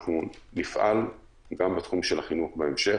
נפעל גם בתחום של החינוך בהמשך,